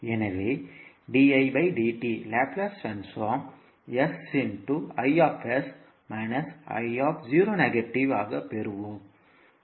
எனவே Laplace transform ஆகப் பெறுவோம்